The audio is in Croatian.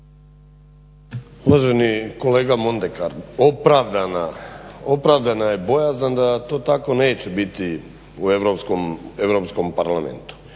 Uvaženi kolega Mondekar opravdana je bojazan da to tako neće biti u Europskom parlamentu.